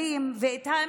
זה שבירת כללים.